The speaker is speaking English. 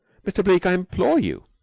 mr. bleke, i implore you.